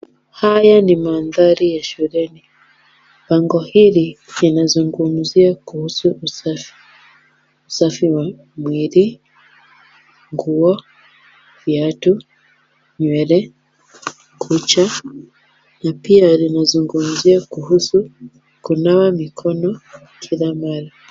Haya ni mandhari ya shuleni. Bango hili linazungumzia kuhusu usafi wa mwili, nguo, viatu, nywele, kucha. Na pia, linazungumzia kuhusu kunawa mikono kila mara.